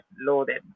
loaded